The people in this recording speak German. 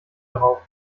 drauf